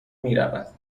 میرود